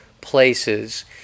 places